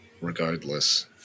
regardless